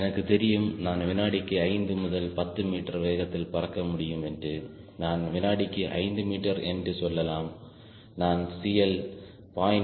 எனக்குத் தெரியும் நான் வினாடிக்கு 5 முதல் 10 மீட்டர் வேகத்தில் பறக்க முடியும் என்று நாம் வினாடிக்கு 5 மீட்டர் என்று சொல்லலாம் நான் CL 0